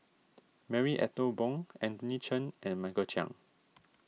Marie Ethel Bong Anthony Chen and Michael Chiang